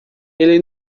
ele